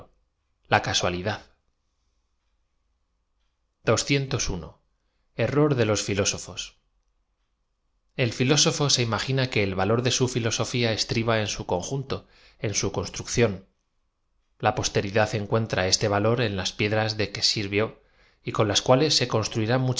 la casualidad de los filósofos filósofo se imagina que e l valo r de au filosofía es triba en su conjunto en su construcción la posteri dad encuentra este valo r en las piedras de que se sir v ió y con las cuales se construirá